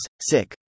sick